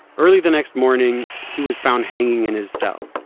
early the next morning, he was found hanging in his cell.